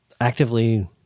actively